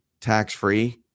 tax-free